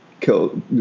kill